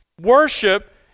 Worship